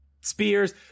spears